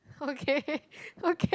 okay okay